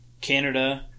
Canada